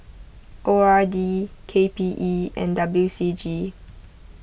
O R D K P E and W C G